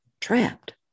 trapped